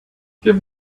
give